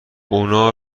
اونا